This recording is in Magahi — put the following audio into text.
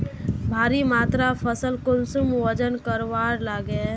भारी मात्रा फसल कुंसम वजन करवार लगे?